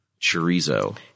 chorizo